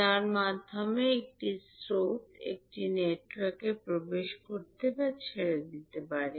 যার মাধ্যমে একটি স্রোত একটি নেটওয়ার্ক প্রবেশ করতে বা ছেড়ে দিতে পারে